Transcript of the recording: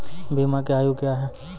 बीमा के आयु क्या हैं?